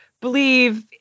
believe